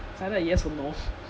it's either a yes or no